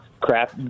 crap